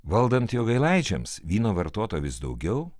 valdant jogailaičiams vyno vartota vis daugiau